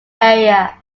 area